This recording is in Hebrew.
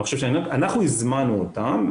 אנחנו הזמנו אותם,